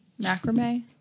Macrame